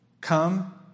Come